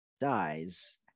dies